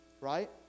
right